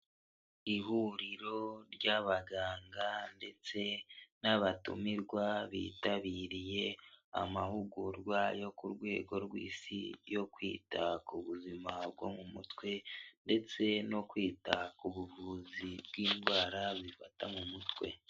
Ihuriro ry'abaganga ndetse n'abatumirwa bitabiriye amahugurwa yo ku rwego rw'isi, yo kwita ku buzima bwo mu mutwe, ndetse no kwita ku buvuzi bw'indwara bifata mu mutwe.